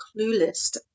clueless